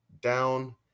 down